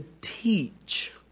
teach